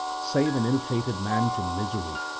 save an ill-fated man from misery,